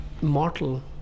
mortal